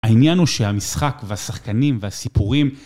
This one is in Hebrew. העניין הוא שהמשחק והשחקנים והסיפורים...